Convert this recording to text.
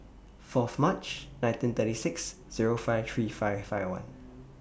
Fourth March nineteen thirty six Zero five three five five one